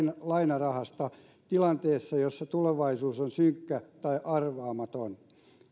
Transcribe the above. lainarahasta tilanteessa jossa tulevaisuus on synkkä tai arvaamaton